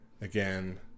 again